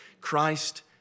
Christ